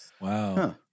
Wow